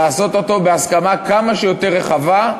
לעשות אותו בהסכמה כמה שיותר רחבה,